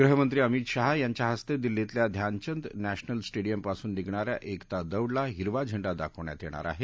गृहमंत्री अमित शाह यांच्या हस्ते दिल्लीतल्या ध्यानचंद नश्मिल स्टेडियम पासून निघणाऱ्या एकता दौडला हिरवा झेंडा दाखवण्यात येणार आहे